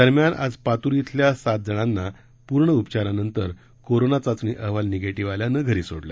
दरम्यान आज पातूर श्वल्या सात जणांना पूर्ण उपचारानंतर कोरोना चाचणी अहवाल निगेटीव्ह आल्यानं घरी सोडलं